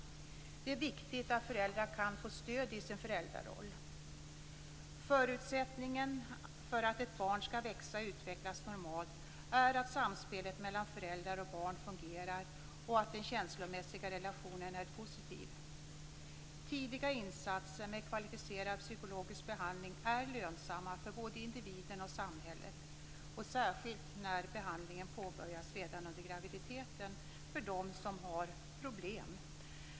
Det är viktigt att föräldrar kan få stöd i sin föräldraroll. Förutsättningen för att ett barn skall växa och utvecklas normalt är att samspelet mellan föräldrar och barn fungerar och att den känslomässiga relationen är positiv. Tidiga insatser med kvalificerad psykologisk behandling är lönsamma för både individen och samhället, särskilt när behandlingen av dem som har problem påbörjas redan under graviditeten.